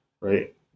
right